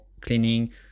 cleaning